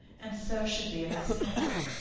and so should be an example.